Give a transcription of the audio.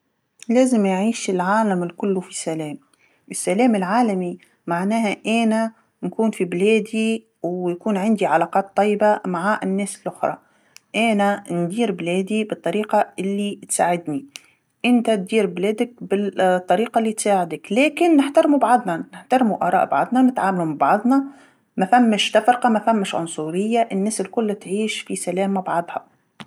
لازم يعيش العالم الكل في سلام، السلام العالمي معناها أنا نكون في بلادي ويكون عندي علاقات طيبه مع الناس اللخرا، انا ندير بلادي بالطريقه اللي تساعدني، أنت دير بلادك بال- الطريقه اللي تساعدك، لكن نحترمو بعضنا، نحترمو آراء بعضنا، نتعاملو مع بعضنا، ما ثمش تفرقه ماثمش عنصريه، الناس الكل تعيش في سلام مع بعضها.